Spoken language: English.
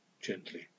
gently